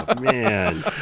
Man